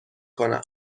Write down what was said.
کنم